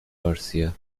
گارسیا